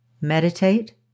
Meditate